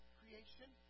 creation